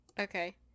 Okay